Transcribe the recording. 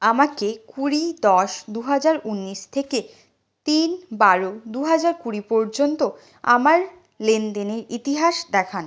আমাকে কুড়ি দশ দু হাজার উনিশ থেকে তিন বারো দু হাজার কুড়ি পর্যন্ত আমার লেনদেনের ইতিহাস দেখান